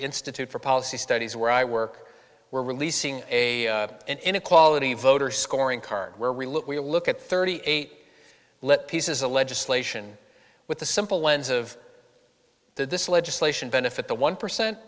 institute for policy studies where i work we're releasing a inequality voter scoring card where we look we'll look at thirty eight let pieces of legislation with the simple lens of did this legislation benefit the one percent